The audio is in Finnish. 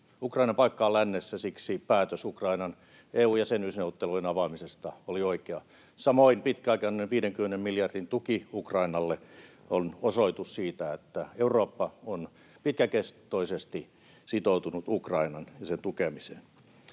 Ukrainan paikka on lännessä. Siksi päätös Ukrainan EU-jäsenyysneuvottelujen avaamisesta oli oikea. Samoin pitkäaikainen, noin 50 miljardin tuki Ukrainalle on osoitus siitä, että Eurooppa on pitkäkestoisesti sitoutunut Ukrainaan ja sen tukemiseen.